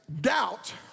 doubt